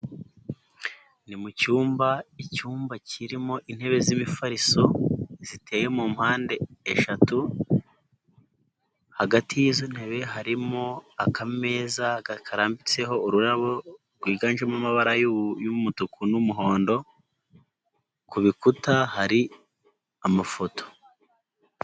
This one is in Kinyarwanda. Ni mucyumba, icyumba kirimo intebe z'imifariso, ziteye mu mpande eshatu, hagati y'izo ntebe harimo, akameza gakarambitseho ururabo rwiganjemo amabara y'umutuku n'umuhondo, ku bikuta hari amafoto.